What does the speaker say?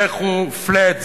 לכו flat.